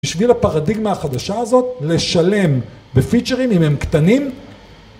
בשביל הפרדיגמה החדשה הזאת לשלם בפיצ'רים אם הם קטנים